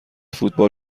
فوتبال